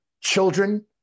children